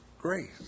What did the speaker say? grace